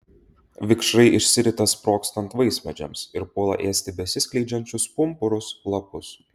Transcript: vikšrai išsirita sprogstant vaismedžiams ir puola ėsti besiskleidžiančius pumpurus lapus